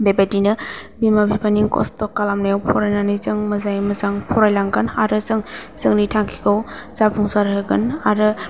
बेबायदिनो बिमा बिफानि खस्थ' खालामनायाव फरायनानै जों मोजाङै मोजां फरायलांगोन आरो जों जोंनि थांखिखौ जाफुंसार होगोन आरो